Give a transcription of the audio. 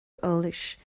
eolais